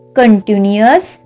continuous